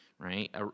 Right